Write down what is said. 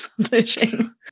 publishing